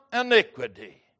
iniquity